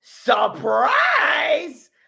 Surprise